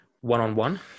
one-on-one